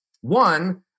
One